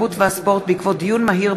התרבות והספורט בעקבות דיון מהיר